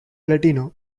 latino